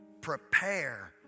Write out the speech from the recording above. prepare